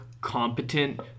competent